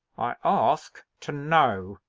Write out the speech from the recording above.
i ask to know.